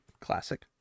classic